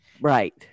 Right